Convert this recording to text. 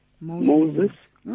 Moses